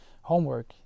homework